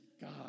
God